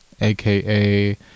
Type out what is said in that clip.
aka